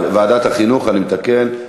ועדת החינוך, אני מתקן.